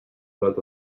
lot